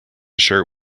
shirt